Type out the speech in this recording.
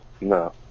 no